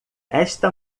esta